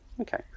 okay